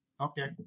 Okay